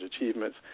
achievements